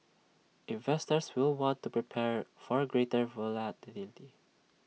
investors will want to prepare for greater volatility